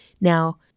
Now